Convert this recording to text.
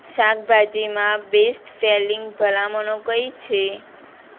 શાકભાજીમાં best selling ભલામણો કઈ છે